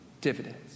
dividends